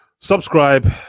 Subscribe